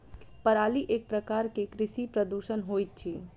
पराली एक प्रकार के कृषि प्रदूषण होइत अछि